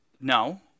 No